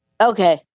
Okay